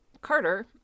Carter